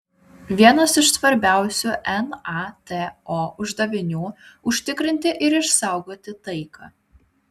vienas iš svarbiausių nato uždavinių užtikrinti ir išsaugoti taiką